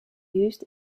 used